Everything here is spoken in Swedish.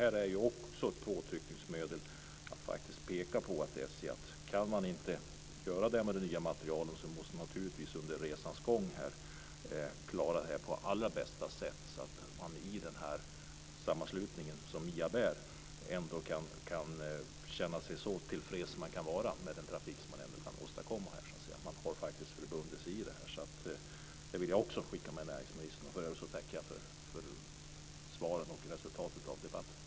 Det är också ett påtryckningsmedel att peka på att kan SJ inte göra det med de nya materielen måste man naturligtvis under resans gång klara det på allra bästa sätt, så att man i den sammanslutning som MIAB är kan känna sig så till freds som man kan vara med den trafik som man kan åstadkomma här. Man har faktiskt förbundit sig det. Det vill jag också skicka med näringsministern. För övrigt tackar jag för svaren och resultatet av debatten.